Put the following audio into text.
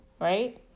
right